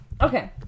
Okay